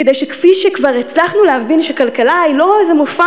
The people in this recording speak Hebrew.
כדי שכפי שכבר הצלחנו להבין שכלכלה היא לא איזה מופע